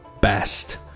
best